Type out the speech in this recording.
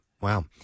Wow